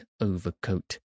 overcoat